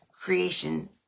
creation